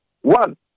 One